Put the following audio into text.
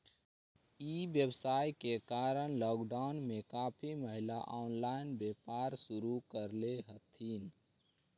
ई व्यवसाय के कारण लॉकडाउन में काफी महिला ऑनलाइन व्यापार शुरू करले हथिन